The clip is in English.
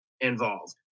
involved